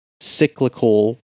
cyclical